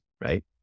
right